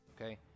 okay